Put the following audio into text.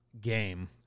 game